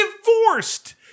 divorced